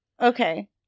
okay